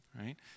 right